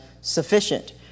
sufficient